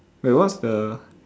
wait what's the